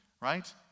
right